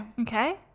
Okay